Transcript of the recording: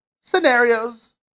scenarios